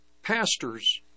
Pastors